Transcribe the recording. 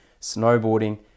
snowboarding